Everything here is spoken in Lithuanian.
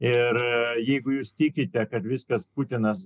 ir jeigu jūs tikite kad viskas putinas